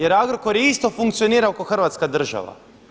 Jer Agrokor je isto funkcionirao ko Hrvatska država.